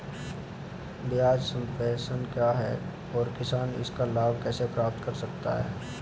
ब्याज सबवेंशन क्या है और किसान इसका लाभ कैसे प्राप्त कर सकता है?